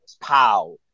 Pow